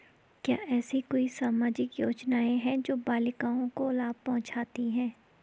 क्या ऐसी कोई सामाजिक योजनाएँ हैं जो बालिकाओं को लाभ पहुँचाती हैं?